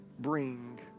Bring